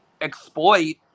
exploit